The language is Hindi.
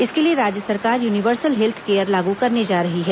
इसके लिए राज्य सरकार यूनिवर्सल हेल्थ केयर लागू करने जा रही है